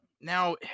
Now